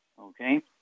okay